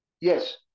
yes